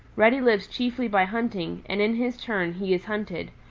reddy lives chiefly by hunting, and in his turn he is hunted,